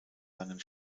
langen